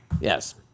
Yes